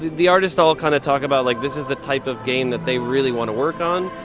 the the artists all kind of talk about, like, this is the type of game that they really want to work on.